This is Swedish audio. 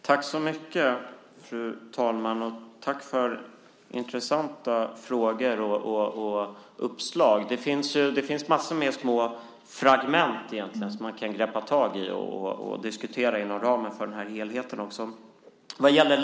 Fru talman! Tack, Bodil, för intressanta frågor och uppslag! Det finns många fragment som man kan ta tag i inom ramen för detta.